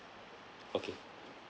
okay